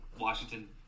Washington